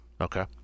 okay